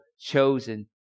chosen